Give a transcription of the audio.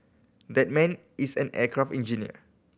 that man is an aircraft engineer